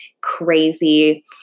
crazy